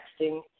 texting